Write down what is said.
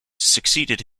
succeeded